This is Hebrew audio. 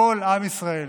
כל עם ישראל.